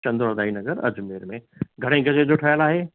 चंदा बाई नगर अजमेर में घणे गज जो ठहियल आहे